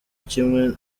kimwe